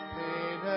pain